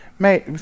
Mate